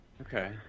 Okay